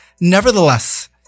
Nevertheless